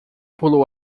pulou